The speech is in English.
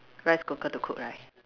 rice cooker to cook right